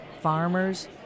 farmers